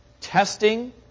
testing